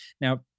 Now